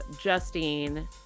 Justine